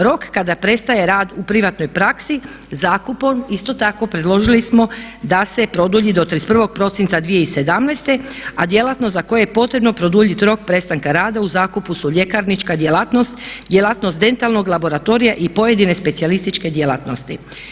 Rok kada prestaje rad u privatnoj praksi zakupom isto tako predložili smo da se produlji do 31. prosinca 2017., a djelatnost za koju je potrebno produljiti rok prestanka rada u zakupu su ljekarnička djelatnost, djelatnost dentalnog laboratorija i pojedine specijalističke djelatnosti.